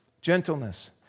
Gentleness